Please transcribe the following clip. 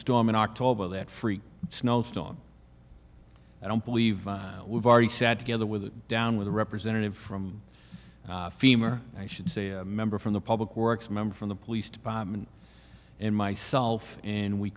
storm in october that freak snowstorm i don't believe we've already sat together with down with a representative from the femur i should say a member from the public works member from the police department and myself and we